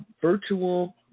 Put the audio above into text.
virtual